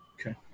Okay